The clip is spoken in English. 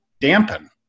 dampen